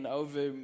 over